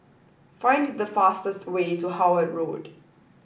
find the fastest way to Howard Road